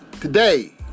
Today